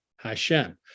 Hashem